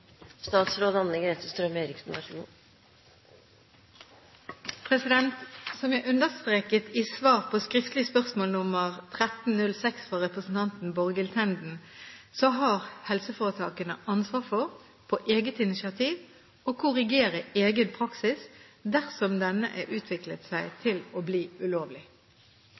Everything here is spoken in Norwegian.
Som jeg understreket i svar på skriftlig spørsmål nr. 1306 fra representanten Borghild Tenden, så har helseforetakene ansvar for – på eget initiativ – å korrigere egen praksis dersom denne har utviklet seg til å bli ulovlig.